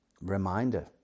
reminder